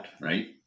right